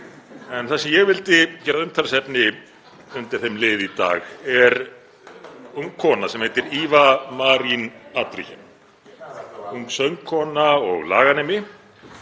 En það sem ég vildi gera að umtalsefni undir þeim lið í dag er ung kona sem heitir Iva Marín Adrichem, ung söngkona og laganemi.